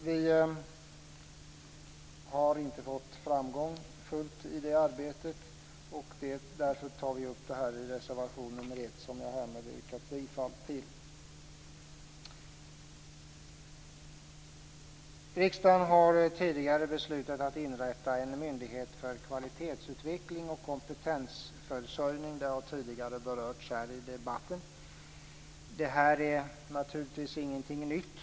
Vi har inte fått framgång fullt ut i det arbetet. Därför tar vi upp det i reservation 1, som jag härmed yrkar bifall till. Riksdagen har tidigare beslutat att inrätta en myndighet för kvalitetsutveckling och kompetensförsörjning. Det har tidigare berörts i debatten. Det är naturligtvis ingenting nytt.